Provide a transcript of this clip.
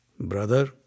Brother